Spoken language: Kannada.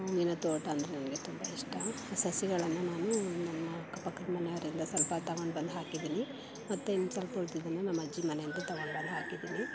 ಇನ್ನೂ ತೋಟ ಅಂದರೆ ನನಗೆ ತುಂಬ ಇಷ್ಟ ಸಸಿಗಳನ್ನು ನಾನು ನಮ್ಮ ಅಕ್ಕಪಕ್ಕದ ಮನೆಯವರಿಂದ ಸ್ವಲ್ಪ ತೊಗೊಂಡು ಬಂದು ಹಾಕಿದ್ದೀನಿ ಮತ್ತು ಇನ್ನೂ ಸ್ವಲ್ಪ ಉಳಿದಿದ್ದನ್ನು ನಮ್ಮಜ್ಜಿ ಮನೆಯಿಂದ ತೊಗೊಂಡು ಬಂದು ಹಾಕಿದ್ದೀನಿ